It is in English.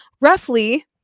Roughly